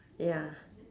ya